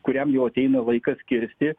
kuriam jau ateina laikas kirsti